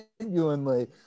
genuinely